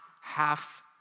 half